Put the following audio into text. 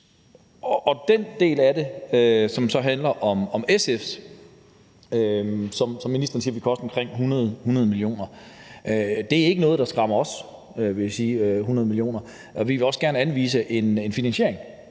er der SF's forslag, som vil koste, som ministeren siger, omkring 100 mio. kr. Det er ikke noget, der skræmmer os, vil jeg sige – 100 mio. kr. – og vi vil også gerne anvise en finansiering